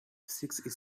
six